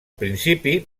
principi